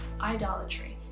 idolatry